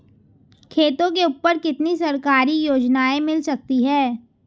खेतों के ऊपर कितनी सरकारी योजनाएं मिल सकती हैं?